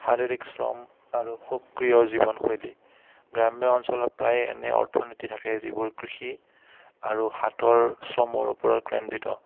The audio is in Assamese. শাৰীৰিক শ্ৰম আৰু সক্ৰিয় জীৱনশৈলী গ্ৰাম্য অঞ্চলত প্ৰায় এনে অৰ্থনীতি থাকে যিবোৰ কৃষি আৰু হাতৰ শ্ৰমৰ ওপৰত